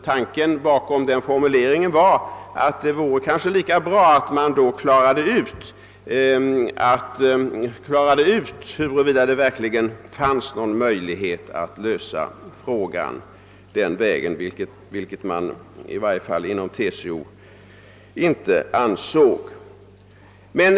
Tanken bakom denna formulering var att det kanske vore lika bra att man då klarade ut huruvida det verkligen fanns någon möjlighet att lösa problemet den vägen, vilket i varje fall TCO inte ansåg.